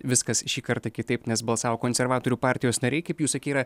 viskas šį kartą kitaip nes balsavo konservatorių partijos nariai kaip jau sakei yra